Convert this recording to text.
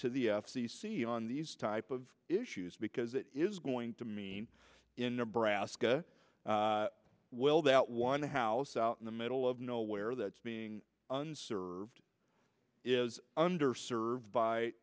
to the f c c on these type of issues because it is going to mean in nebraska well that one house out in the middle of nowhere that's being unserved is under served by